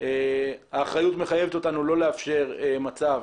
האחריות מחייבת אותנו לא לאפשר מצב